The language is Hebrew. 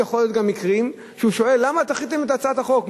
יכולים להיות גם מקרים שהוא שואל למה דחיתם את הצעת החוק.